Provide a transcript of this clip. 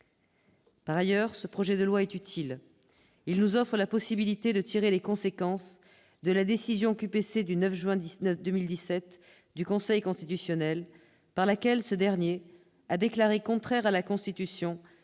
Par ailleurs, ce projet de loi est utile : il nous offre la possibilité de tirer les conséquences de la décision QPC du 9 juin 2017 du Conseil constitutionnel, par laquelle ce dernier a déclaré contraires à la Constitution